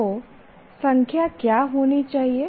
तो संख्या क्या होनी चाहिए